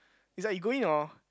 is like you go in your